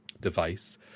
device